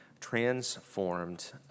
transformed